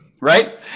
right